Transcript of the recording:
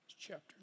Chapter